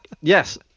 yes